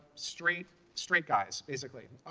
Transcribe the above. straight straight guys, basically.